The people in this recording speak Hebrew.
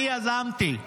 אני יזמתי.